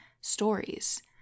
stories